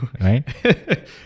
Right